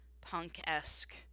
punk-esque